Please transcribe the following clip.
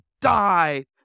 die